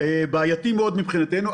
ומאוד בעייתי מבחינתנו,